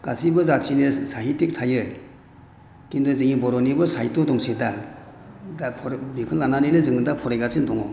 गासिबो जाथिनि साहितिक थायो खिन्थु जोङि बर'निबो साहित' दंसै दा दा बेखौ लानानैनो जोङो फरायगासिनो दङ